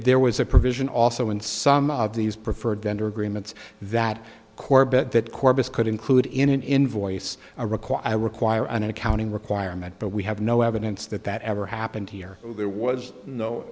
there was a provision also in some of these preferred vendor agreements that korbut corpus could include in an invoice or require i require an accounting requirement but we have no evidence that that ever happened here there was no